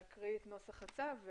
להקראת נוסח הצו.